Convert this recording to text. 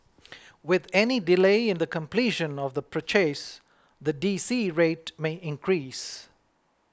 with any delay in the completion of the purchase the D C rate may increase